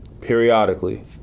periodically